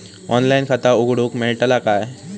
Online खाता उघडूक मेलतला काय?